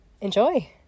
Enjoy